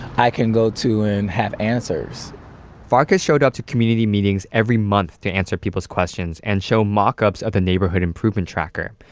i can go to and have answers farkas showed up to community meetings every month to answer people's questions and show mock ups of the neighborhood improvement tracker.